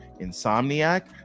insomniac